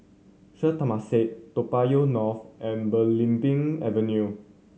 Sri Temasek Toa Payoh North and Belimbing Avenue